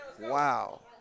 Wow